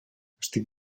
estic